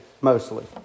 mostly